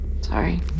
sorry